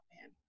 man